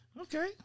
okay